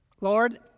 Lord